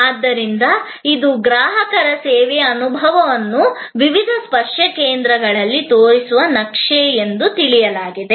ಆದ್ದರಿಂದ ಇದು ಗ್ರಾಹಕರ ಸೇವೆಯ ಅನುಭವವನ್ನು ವಿವಿಧ ಸ್ಪರ್ಶ ಕೇಂದ್ರಗಳಲ್ಲಿ ತೋರಿಸುವ ನಕ್ಷೆಯೆಂದು ಭಾವಿಸುತ್ತದೆ